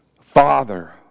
Father